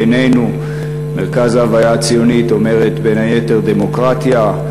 בעינינו מרכז ההוויה הציונית זה בין היתר דמוקרטיה,